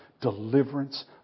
deliverance